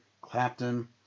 Clapton